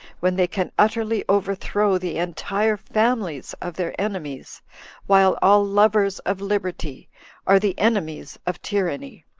when they can utterly overthrow the entire families of their enemies while all lovers of liberty are the enemies of tyranny.